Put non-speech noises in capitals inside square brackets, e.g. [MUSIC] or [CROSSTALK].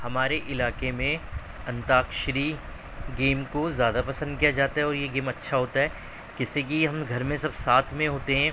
ہمارے علاقے میں انتاکچھری گیم کو زیادہ پسند کیا جاتا ہے اور یہ گیم اچھا ہوتا ہے [UNINTELLIGIBLE] ہم گھر میں سب ساتھ میں ہوتے ہیں